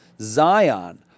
Zion